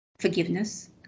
forgiveness